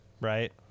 Right